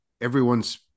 everyone's